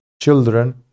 children